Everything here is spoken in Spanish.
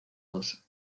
dos